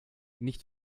nicht